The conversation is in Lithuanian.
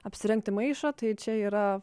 apsirengti maišą tai čia yra